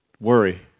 worry